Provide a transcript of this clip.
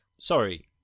Sorry